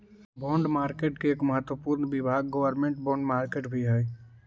bond market के एक महत्वपूर्ण विभाग गवर्नमेंट बॉन्ड मार्केट भी हइ